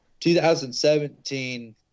2017